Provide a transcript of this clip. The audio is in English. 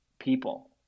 People